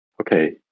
okay